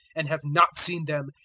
and have not seen them,